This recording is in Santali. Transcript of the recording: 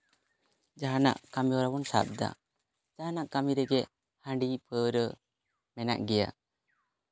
ᱡᱟᱦᱟᱱᱟᱜ ᱠᱟᱹᱢᱤ ᱦᱚᱨᱟ ᱵᱚᱱ ᱥᱟᱵᱮᱫᱟ ᱡᱟᱦᱟᱱᱟᱜ ᱠᱟᱹᱢᱤ ᱨᱮᱜᱮ ᱦᱟᱺᱰᱤ ᱯᱟᱹᱣᱨᱟᱹ ᱢᱮᱱᱟᱜ ᱜᱮᱭᱟ